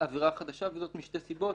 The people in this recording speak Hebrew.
לעבירה חדשה וזאת משתי סיבות,